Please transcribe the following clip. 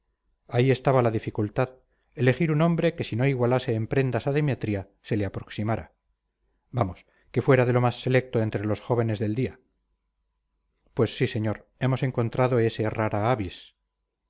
ahí estaba la dificultad elegir un hombre que si no igualase en prendas a demetria se le aproximara vamos que fuera de lo más selecto entre los jóvenes del día pues sí señor hemos encontrado ese rara avis